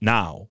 now